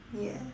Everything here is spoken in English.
ya